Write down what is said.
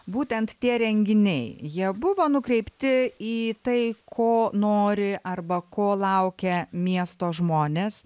būtent tie renginiai jie buvo nukreipti į tai ko nori arba ko laukia miesto žmonės